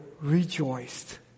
rejoiced